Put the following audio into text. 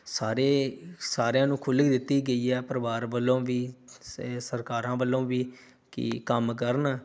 ਸਾਰੇ ਸਾਰਿਆਂ ਨੂੰ ਖੁੱਲੀ ਦਿੱਤੀ ਗਈ ਹੈ ਪਰਿਵਾਰ ਵੱਲੋਂ ਵੀ ਸਰਕਾਰਾਂ ਵੱਲੋਂ ਵੀ ਕਿ ਕੰਮ ਕਰਨ